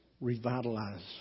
revitalize